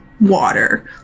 water